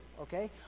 okay